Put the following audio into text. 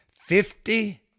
Fifty